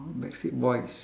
backstreet boys